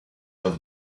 have